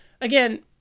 Again